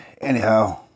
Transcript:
Anyhow